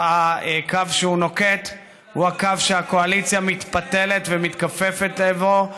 הקו שהוא נוקט הוא הקו שהקואליציה מתפתלת ומתכופפת לעברו.